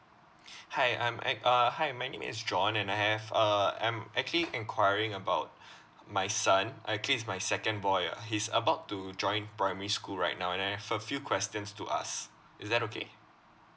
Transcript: hi I'm eq~ uh hi my name is john and I have a I'm actually enquiring about my son actually is my second boy ah he's about to join primary school right now and I have a few questions to ask is that okay